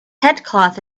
headcloth